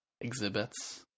exhibits